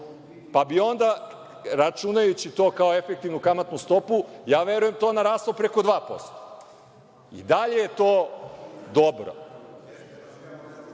Onda bi, računajući to kao efektivnu kamatnu stopu, ja verujem to naraslo preko 2%. I dalje je to dobro,